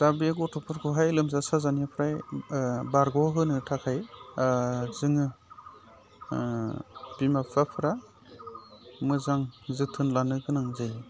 दा बे गथ'फोरखौहाय लोमजा साजानिफ्राय बारग' होनो थाखाय जोङो बिमा बिफाफोरा मोजां जोथोन लानो गोनां जायो